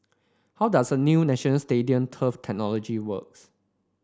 how does the new National Stadium turf technology works